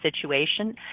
situation